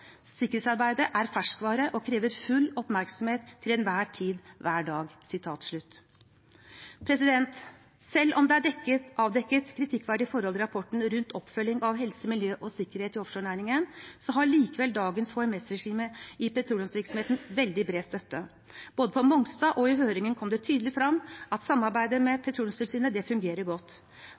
sikkerhetsarbeidet er kontinuerlig, vi kan aldri si at vi har kommet i mål. Sikkerhet er ferskvare og krever full oppmerksomhet til enhver tid, hver dag.» Selv om det er avdekket kritikkverdige forhold i rapporten rundt oppfølging av helse, miljø og sikkerhet i offshorenæringen, har dagens HMS-regime i petroleumsvirksomheten veldig bred støtte. Både på Mongstad og i høringen kom det tydelig frem at samarbeidet med Petroleumstilsynet fungerer godt.